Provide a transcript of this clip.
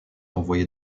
envoyé